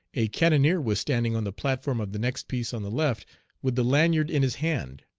a cannoneer was standing on the platform of the next piece on the left with the lanyard in his hand.